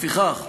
לפיכך,